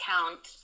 Count